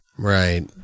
Right